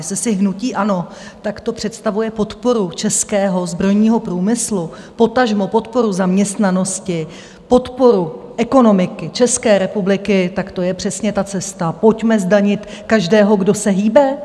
Jestli si hnutí ANO takto představuje podporu českého zbrojního průmyslu, potažmo podporu zaměstnanosti, podporu ekonomiky České republiky, tak to je přesně ta cesta: pojďme zdanit každého, kdo se hýbe?